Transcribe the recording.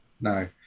no